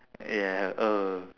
ya uh